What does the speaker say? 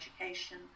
education